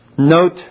Note